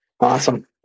Awesome